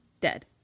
Dead